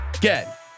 get